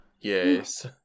yes